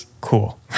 cool